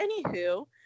anywho